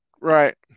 Right